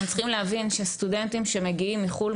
אתם צריכים להבין שסטודנטים שמגיעים מחו"ל,